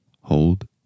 Hold